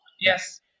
Yes